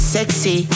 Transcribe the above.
Sexy